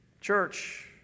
Church